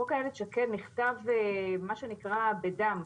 חוק איילת שקד נכתב במה שנקרא בדם,